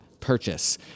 purchase